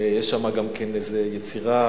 יש שם גם איזה יצירה,